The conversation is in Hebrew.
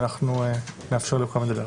ואנחנו נאפשר לכם לדבר.